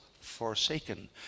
forsaken